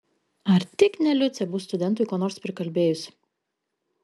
ar tik ne liucė bus studentui ko nors prikalbėjus